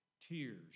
Tears